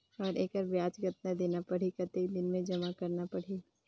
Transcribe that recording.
और एकर ब्याज कतना देना परही कतेक दिन मे जमा करना परही??